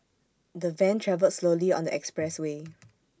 the van travelled slowly on the expressway